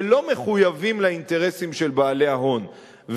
ולא מחויבים לאינטרסים של בעלי ההון.